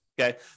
okay